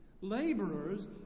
Laborers